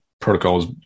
protocols